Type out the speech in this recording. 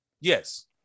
Yes